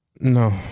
no